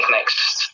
next